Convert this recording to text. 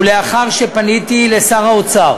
ולאחר שפניתי לשר האוצר